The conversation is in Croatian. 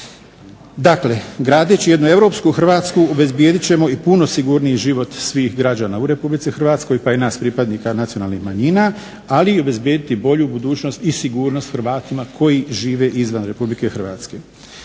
Dakle, gradeći jednu europsku Hrvatsku obezbjedit ćemo i puno sigurniji život svih građana u RH pa i nas pripadnika nacionalnih manjina, ali obezbjediti bolju budućnost i sigurnost Hrvatima koji žive izvan RH.